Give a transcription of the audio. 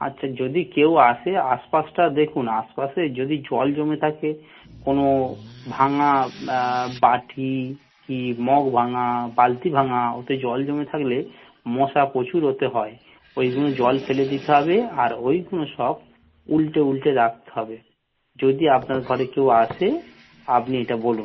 আচ্ছা যদি কেউ আসে আশপাশটা দেখুন আশপাশে যদি জল জমে থাকে কোনো ভাঙা বাটি কি মগ ভাঙা বালতি ভাঙা ওতে জল জমে থাকলে মশা প্রচুর ওতে হয় ওইগুনো জল ফেলে দিতে হবে আর ওইগুলো সব উলটে উলটে রাখতে হবে যদি আপনার ঘরে কেউ আসে আপনি এইটা বলুন